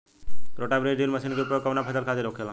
रोटा बिज drill machine के उपयोग कऊना फसल खातिर होखेला?